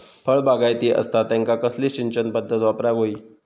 फळबागायती असता त्यांका कसली सिंचन पदधत वापराक होई?